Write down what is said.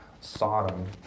Sodom